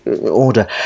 order